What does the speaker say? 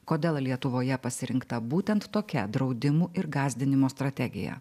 kodėl lietuvoje pasirinkta būtent tokia draudimų ir gąsdinimo strategija